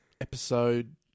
episode